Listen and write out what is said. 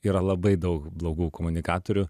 yra labai daug blogų komunikatorių